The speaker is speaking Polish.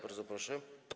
Bardzo proszę.